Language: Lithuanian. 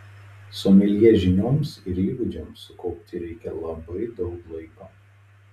someljė žinioms ir įgūdžiams sukaupti reikia labai daug laiko